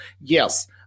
Yes